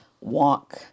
walk